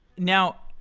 now,